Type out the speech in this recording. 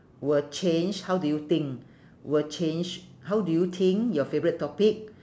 will change how do you think will change how do you think your favourite topic